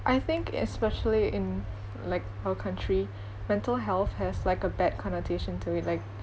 I think especially in like our country mental health has like a bad connotation to it like